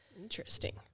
interesting